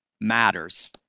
matters